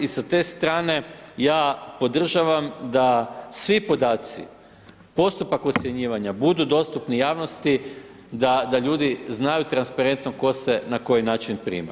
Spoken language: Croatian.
I sa ste strane ja podržavam da svi podaci, postupak ocjenjivanja budu dostupni javnosti da ljudi znaju transparentno tko se na koji način prima.